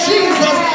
Jesus